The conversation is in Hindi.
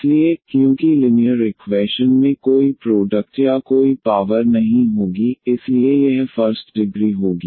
इसलिए क्योंकि लिनियर इक्वैशन में कोई प्रोडक्ट या कोई पावर नहीं होगी इसलिए यह फर्स्ट डिग्री होगी